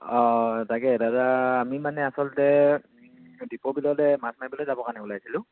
অঁ তাকেই দাদা আমি মানে আচলতে দীপৰ বিললৈ মাছ মাৰিবলৈ যাবৰ কাৰণে যাব ওলাইছিলোঁ